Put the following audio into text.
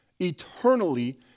eternally